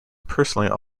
personally